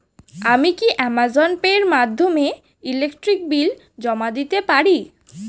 আমি কি Amazon Pay এর মাধ্যমে ইলেকট্রিক বিল জমা দিতে পারি?